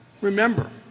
Remember